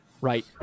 right